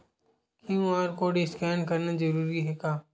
QR code scan करना जरूरी हे का?